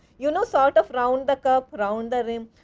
you know sort of round the cup, round the rim,